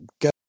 go